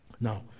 Now